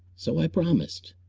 so i promised.